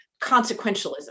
consequentialism